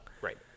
Right